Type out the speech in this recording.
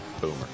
boomer